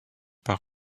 par